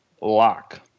lock